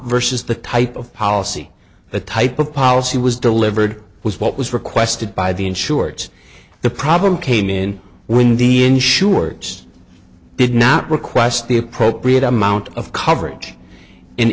versus the type of policy the type of policy was delivered was what was requested by the insured the problem came in when the insurers did not request the appropriate amount of coverage in